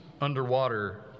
underwater